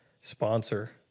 sponsor